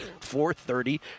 430